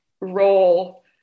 role